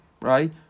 Right